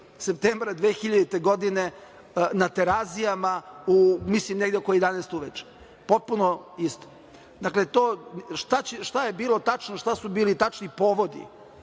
septembra 2000. godine na Terazijama, mislim, negde oko 11.00 sati uveče. Potpuno isto. Šta je bilo tačno? Šta su bili tačni povodi?